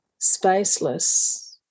spaceless